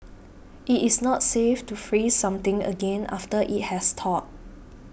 it is not safe to freeze something again after it has thawed